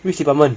which department